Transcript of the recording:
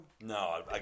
No